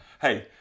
hey